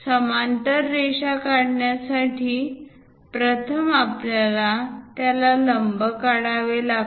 समांतर रेषा काढण्यासाठी प्रथम आपल्याला त्याला लंब काढावे लागते